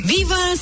Viva